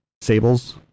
sables